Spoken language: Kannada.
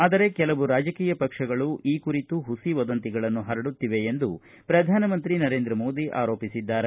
ಆದರೆ ಕೆಲವು ರಾಜಕೀಯ ಪಕ್ಷಗಳು ಈ ಕುರಿತು ಹುಸಿ ವದಂತಿಗಳನ್ನು ಪರಡುತ್ತಿವೆ ಎಂದು ಪ್ರಧಾನ ಮಂತ್ರಿ ನರೇಂದ್ರ ಮೋದಿ ಆರೋಪಿಸಿದ್ದಾರೆ